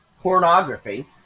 pornography